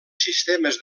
sistemes